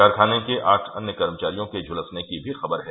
कारखाने के आठ अन्य कर्मचारियों के झुलसने की भी खबर है